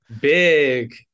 Big